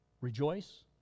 Rejoice